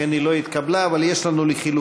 לכן היא לא התקבלה, אבל יש לנו לחלופין.